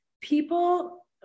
people